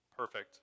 Perfect